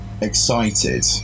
excited